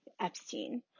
Epstein